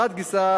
מחד גיסא,